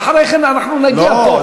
ואחרי כן אנחנו נגיע פה,